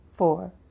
four